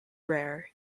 rare